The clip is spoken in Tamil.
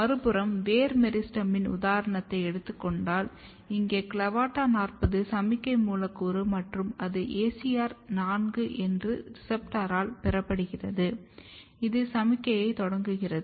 மறுபுறம் வேர் மெரிஸ்டெமின் உதாரணத்தை எடுத்துக் கொண்டால் இங்கே CLAVATA40 சமிக்ஞை மூலக்கூறு மற்றும் அது ACR4 என்னும் ரெசெப்டரால் பெறப்படுகிறது இது சமிக்ஞையைத் தொடங்குகிறது